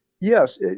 Yes